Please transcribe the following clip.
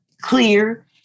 clear